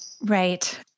Right